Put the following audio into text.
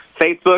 Facebook